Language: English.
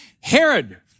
herod